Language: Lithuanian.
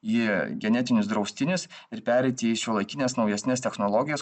į genetinius draustinius ir pereiti į šiuolaikines naujesnes technologijas